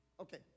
Okay